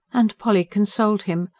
and polly consoled him,